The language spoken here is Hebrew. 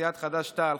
סיעת חד"ש-תע"ל,